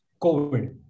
COVID